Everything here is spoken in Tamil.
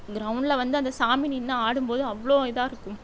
கிரவுண்ட்டில் வந்து அந்த சாமி நின்று ஆடும்போது அவ்வளோ இதாயிருக்கும்